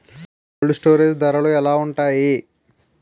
Cold storage ధరలు ఎలా ఉంటాయి?